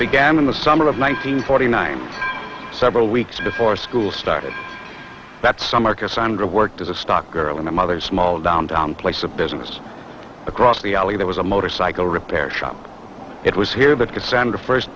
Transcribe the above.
began in the summer of one hundred forty nine several weeks before school started that summer cassandra worked as a stock girl in my mother's small downtown place a business across the alley there was a motorcycle repair shop it was here that cassandra first